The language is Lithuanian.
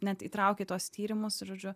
net įtraukė į tuos tyrimus žodžiu